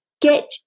get